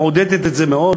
מעודדת את זה מאוד,